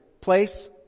place